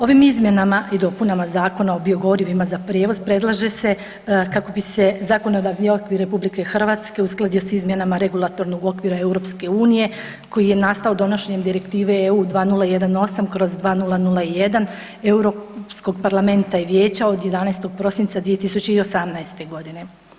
Ovim izmjenama i dopunama Zakona o biogorivima za prijevoz predlaže se kako bi se zakonodavni okvir RH uskladio s izmjenama regulatornog okvira EU koji je nastao donošenjem Direktive EU 2018/2001 Europskog parlamenta i vijeća od 11. prosinca 2018. godine.